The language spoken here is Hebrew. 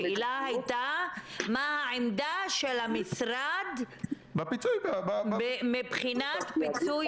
השאלה הייתה מה העמדה של המשרד מבחינת הפיצוי.